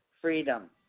freedom